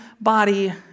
body